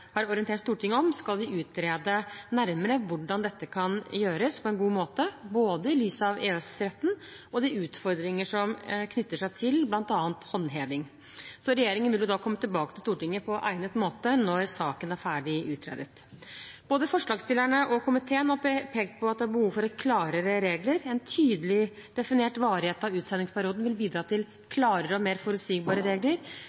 har orientert Stortinget om, skal vi utrede nærmere hvordan dette kan gjøres på en god måte, både i lys av EØS-retten og de utfordringer som knytter seg til bl.a. håndheving. Regjeringen vil komme tilbake til Stortinget på egnet måte når saken er ferdig utredet. Både forslagsstillerne og komiteen har pekt på at det er behov for klarere regler. En tydelig definert varighet av utsendingsperioden vil bidra til klarere og mer forutsigbare regler.